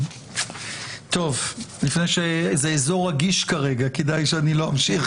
לגיטימי שברגע שמשתנה הסטטוס המשפטי